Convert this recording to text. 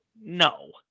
No